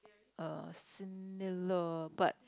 err similar but